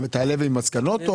ותעלה ועם מסקנות?